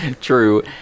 true